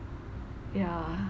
yeah